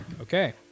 Okay